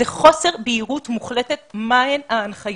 זה חוסר בהירות מוחלטת מה הן ההנחיות.